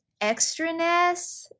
extraness